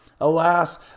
Alas